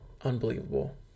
Unbelievable